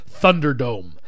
Thunderdome